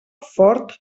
fort